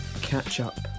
catch-up